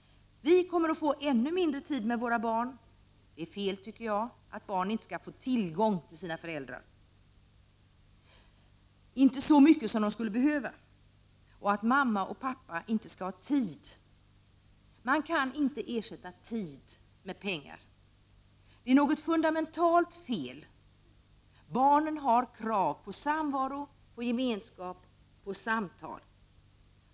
Vi kommer då att få ännu mindre tid för våra barn. Jag tycker att det är fel att barn inte skall få ha tillgång till sina föräldrar, inte så mycket som de behöver eller att mamma och pappa inte skall ha tid med sina barn. Man kan inte ersätta tid med pengar. Det är något fundamentalt fel. Barn har krav på samvaro, gemenskap och samtal.